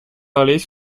parlées